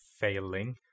failing